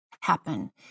happen